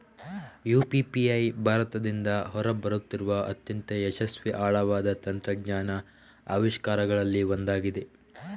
UPI ಭಾರತದಿಂದ ಹೊರ ಬರುತ್ತಿರುವ ಅತ್ಯಂತ ಯಶಸ್ವಿ ಆಳವಾದ ತಂತ್ರಜ್ಞಾನದ ಆವಿಷ್ಕಾರಗಳಲ್ಲಿ ಒಂದಾಗಿದೆ